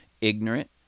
ignorant